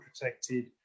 protected